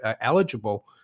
eligible